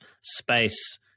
space